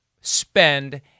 spend